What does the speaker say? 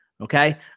okay